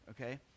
Okay